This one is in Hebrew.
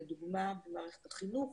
לדוגמה במערכת החינוך,